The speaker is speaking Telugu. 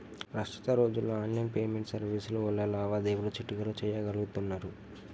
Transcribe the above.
ప్రస్తుత రోజుల్లో ఆన్లైన్ పేమెంట్ సర్వీసుల వల్ల లావాదేవీలు చిటికెలో చెయ్యగలుతున్నరు